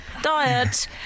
Diet